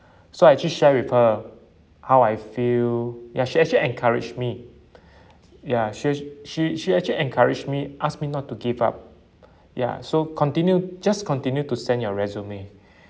so I actually share with her how I feel ya she actually encouraged me ya she ac~ she she actually encouraged me asked me not to give up ya so continue just continue to send your resume